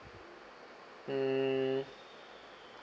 mm